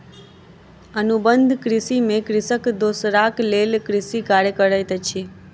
अनुबंध कृषि में कृषक दोसराक लेल कृषि कार्य करैत अछि